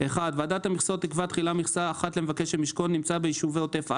ועדת המכסות תקבע תחילה מכסה אחת למבקש שמשקו נמצא ביישובי עוטף עזה,